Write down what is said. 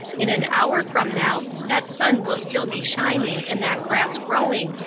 in an hour from now that sun will still be shining and that grass growing,